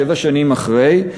שבע שנים אחרי,